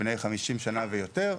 בני 50 שנה ויותר.